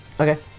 Okay